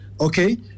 okay